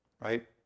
right